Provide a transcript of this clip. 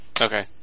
Okay